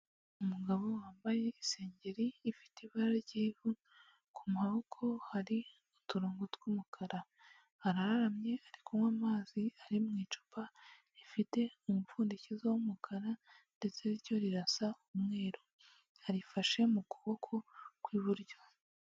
Umugabo wambaye isengeri ifite ibara ry'iva ku maboko hari uturongo tw'umukara araramye ari kunywa amazi areba mu icupa rifite umupfundikizo w'umukara ndetse iryo cupa rirasa umweru arifashe mu kuboko kw'iburyo.